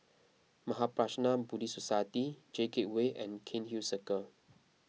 Mahaprajna Buddhist Society J Gateway and Cairnhill Circle